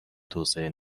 توسعه